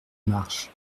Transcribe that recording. marche